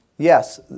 Yes